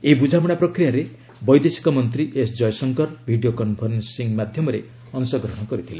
ଏହି ବୁଝାମଣା ପ୍ରକ୍ରିୟାରେ ବୈଦେଶିକ ମନ୍ତ୍ରୀ ଏସ୍ ଜୟଶଙ୍କର ଭିଡ଼ିଓ କନ୍ଫରେନ୍ସିଂ ମାଧ୍ୟମରେ ଅଂଶଗ୍ରହଣ କରିଥିଲେ